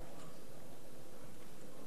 אם הייתי יודע שזה כך, הייתי מביא להם עוד הטבה.